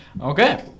Okay